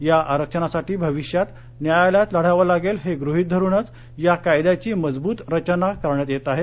या आरक्षणासाठी भविष्यात न्यायालयात लढावं लागेल हे गृहित धरुनच या कायद्याची मजबूत रचना करण्यात येत आहे